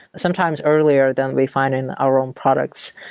sometimes earlier than we find in our own products.